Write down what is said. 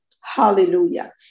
Hallelujah